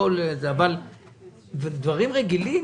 אבל בדברים רגילים,